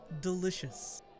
delicious